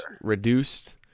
reduced